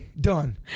done